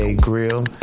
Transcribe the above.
Grill